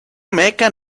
mecca